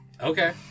Okay